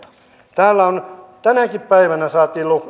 täällä tänäkin päivänä saatiin